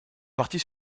partie